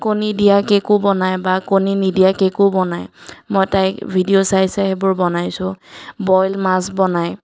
কণী দিয়া কেকো বনায় বা কণী নিদিয়া কেকো বনায় মই তাইৰ ভিডিঅ' চাই চাই সেইবোৰ বনাইছোঁ বইল মাছ বনায়